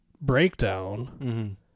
Breakdown